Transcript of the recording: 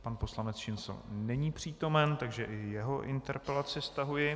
Pan poslanec Šincl není přítomen, takže i jeho interpelaci stahuji.